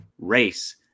race